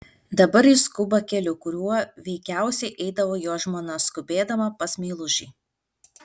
dabar jis skuba keliu kuriuo veikiausiai eidavo jo žmona skubėdama pas meilužį